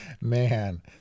Man